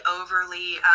overly